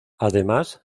además